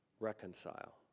reconcile